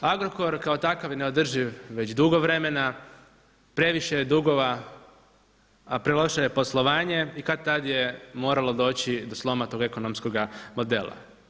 Agrokor kao takav je neodrživ već dugo vremena, previše je dugova, a preloše je poslovanje i kad-tad je moralo doći do sloma tog ekonomskoga modela.